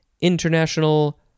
international